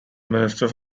minister